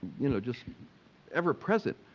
you know, just ever-present.